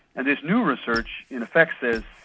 and this new research in effect says,